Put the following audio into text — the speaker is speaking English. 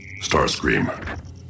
Starscream